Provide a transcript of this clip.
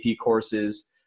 courses